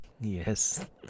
Yes